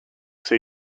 say